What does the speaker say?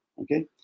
okay